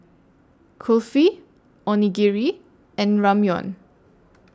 Kulfi Onigiri and Ramyeon